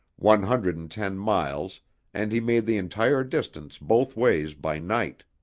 one hundred and ten miles and he made the entire distance both ways by night.